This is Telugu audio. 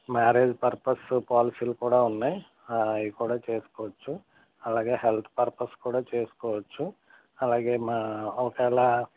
మ్యారేజ్ పర్పస్ పాలసీలు కూడా ఉన్నాయి అవి కూడా చేసుకోవచ్చు అలాగే హెల్త్ పర్పస్ కూడా చేసుకోవచ్చు అలాగే మా ఒకవేళ